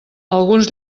alguns